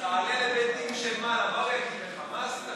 הרשימה המשותפת וקבוצת סיעת מרצ לסעיף 2 לא